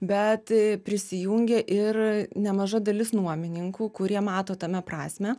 bet prisijungė ir nemaža dalis nuomininkų kurie mato tame prasmę